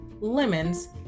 Lemons